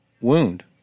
wound